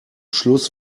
schluss